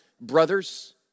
brothers